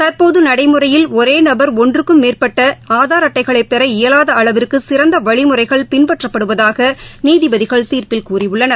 தற்போதுள்ள நடைமுறையில் ஒரே நபர் ஒன்றுக்கும் மேற்பட்ட ஆதார் அட்டைகளைப் பெற இயலாத அளவிற்கு சிறந்த வழிமுறைகள் பின்பற்றப்படுவதாக நீதிபதிகள் தீர்ப்பில் கூறியுள்ளனர்